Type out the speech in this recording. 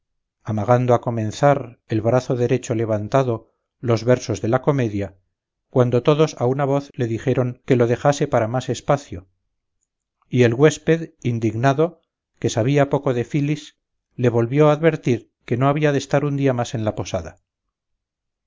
amagando a comenzar el brazo derecho levantado los versos de la comedia cuando todos a una voz le dijeron que lo dejase para más espacio y el güésped indignado que sabía poco de filis le volvió a advertir que no había de estar un día más en la posada